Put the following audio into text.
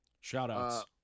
Shout-outs